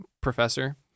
professor